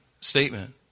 statement